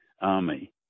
Army